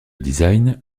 design